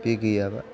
बे गैयाबा